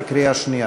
בקריאה שנייה.